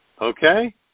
Okay